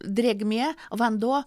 drėgmė vanduo